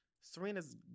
Serena's